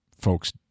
folks